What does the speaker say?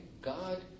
God